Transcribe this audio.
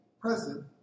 present